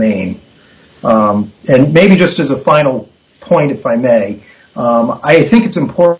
maine and maybe just as a final point if i may i think it's important